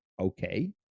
okay